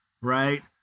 right